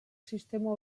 sistema